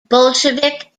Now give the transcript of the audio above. bolshevik